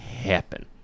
happen